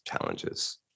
challenges